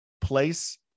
place